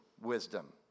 wisdom